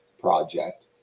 project